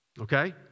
Okay